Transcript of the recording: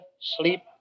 sleep